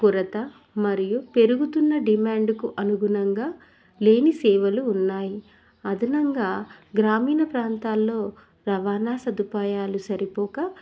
కొరత మరియు పెరుగుతున్న డిమాండ్కు అనుగుణంగా లేని సేవలు ఉన్నాయి అదనంగా గ్రామీణ ప్రాంతాల్లో రవాణా సదుపాయాలు సరిపోక